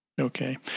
Okay